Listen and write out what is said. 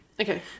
Okay